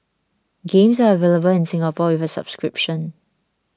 games are available in Singapore with a subscription